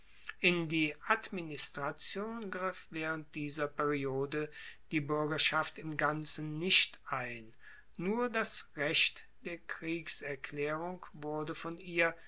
in die administration griff waehrend dieser periode die buergerschaft im ganzen nicht ein nur das recht der kriegserklaerung wurde von ihr